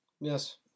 Yes